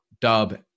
dub